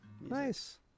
Nice